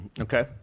okay